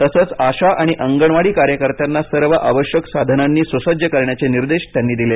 तसंच आशा आणि अंगणवाडी कार्यकर्त्यांना सर्व आवश्यक साधनांनी सुसज्ज करण्याचे निर्देश त्यांनी दिले